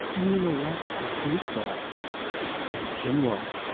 and you know what? i think that in general